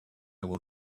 will